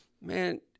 Man